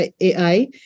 AI